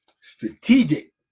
strategic